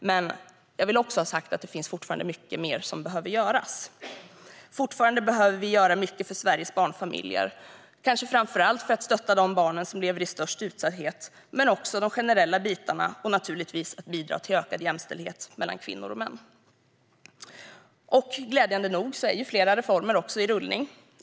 Men jag vill också ha sagt att det finns mycket mer som behöver göras. Fortfarande behöver vi göra mycket för Sveriges barnfamiljer, kanske framför allt för att stödja de barn som lever i störst utsatthet. Men det handlar också om de generella bitarna och naturligtvis om att bidra till ökad jämställdhet mellan kvinnor och män. Glädjande nog är flera reformer i rullning.